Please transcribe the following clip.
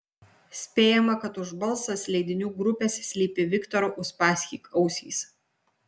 spėjama kad už balsas leidinių grupės slypi viktoro uspaskich ausys